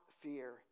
fear